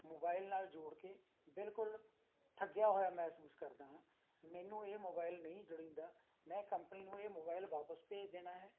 mobile ਨਾਲ ਜੋੜ ਕੇ ਬਿਲਕੁਲ ਠੱਗਿਆ ਹੋਇਆ ਮਹਿਸੂਸ ਕਰਦਾ ਹਾਂ ਮੈਨੂੰ ਇਹ ਮੋਬਾਇਲ ਨਹੀਂ ਲੋੜੀਂਦਾ ਮੈਂ ਕੰਪਨੀ ਨੂੰ ਇਹ ਮੋਬਾਇਲ ਵਾਪਿਸ ਭੇਜ ਦੇਣਾ ਹੈ